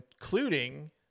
including